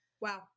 Wow